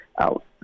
out